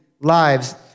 lives